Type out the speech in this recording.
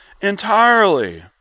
entirely